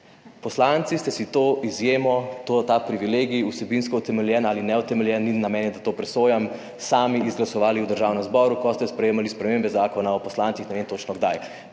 Poslanci ste si to izjemo, to, ta privilegij vsebinsko utemeljen ali neutemeljen in moj namen ni, da to presojam, sami ste izglasovali v Državnem zboru, ko ste sprejemali spremembe Zakona o poslancih. Ne vem točno, kdaj